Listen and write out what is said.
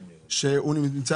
לא יכול כרגע